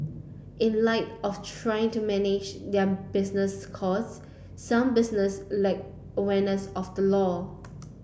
in light of trying to manage their business cause some businesses lack awareness of the law